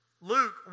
Luke